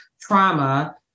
trauma